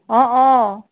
অঁ অঁ